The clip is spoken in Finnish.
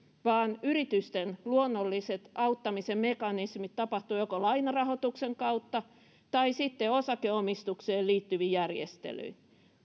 vaan yritysten luonnolliset auttamisen mekanismit tapahtuvat joko lainarahoituksen kautta tai sitten osakeomistukseen liittyviin järjestelyin